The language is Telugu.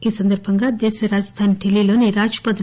ఈ సందర్బంగా దేశరాజధాని డిల్జీలోని రాజపథ్